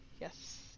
yes